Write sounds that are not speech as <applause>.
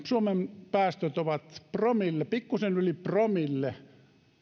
<unintelligible> suomen päästöt ovat pikkuisen yli promille